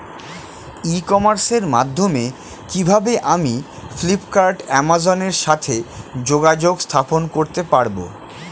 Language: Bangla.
ই কমার্সের মাধ্যমে কিভাবে আমি ফ্লিপকার্ট অ্যামাজন এর সাথে যোগাযোগ স্থাপন করতে পারব?